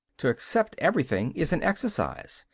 to accept everything is an exercise,